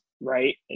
right